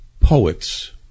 poets